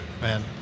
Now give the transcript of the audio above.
man